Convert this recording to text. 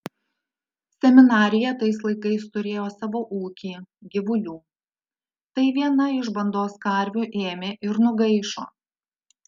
seminarija tais laikais turėjo savo ūkį gyvulių tai viena iš bandos karvių ėmė ir nugaišo